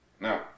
Now